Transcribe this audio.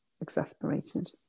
exasperated